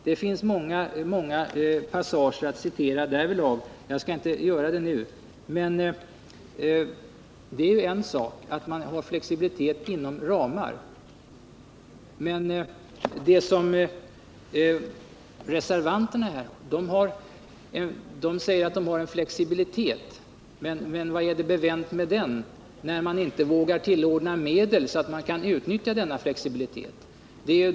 Det finns många passager att citera därvidlag, men jag skall inte göra det nu. Det är en sak att ha flexibilitet inom ramar. Reservanterna vill uppenbarligen ha flexibilitet utan ramar, men vad är det för bevänt med det, när man inte vågar anslå medel så att denna flexibilitet kan utnyttjas?